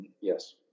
Yes